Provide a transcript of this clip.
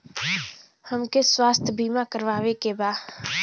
हमके स्वास्थ्य बीमा करावे के बा?